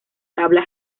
tabla